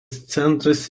centras